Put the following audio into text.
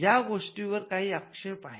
या गोष्टीवर काही आक्षेप आहेत